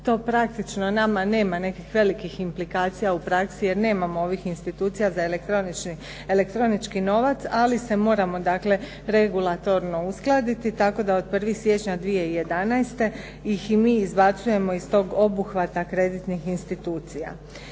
To praktično nama nema nekakvih velikih implikacija u praksi, jer nemamo ovih institucija za elektronički novac, ali se moramo regulatorno uskladiti tako da od 1. siječnja 2011. ih i mi izbacujemo iz tog obuhvata kreditnih institucija.